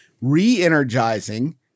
re-energizing